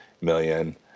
million